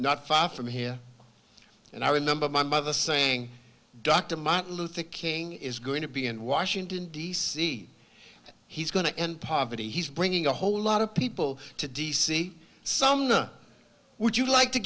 not far from here and i remember my mother saying dr martin luther king is going to be in washington d c and he's going to end poverty he's bringing a whole lot of people to d c some would you like to